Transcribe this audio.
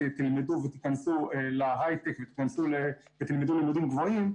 תלמדו ותיכנסו להיי-טק ותלמדו לימודים גבוהים,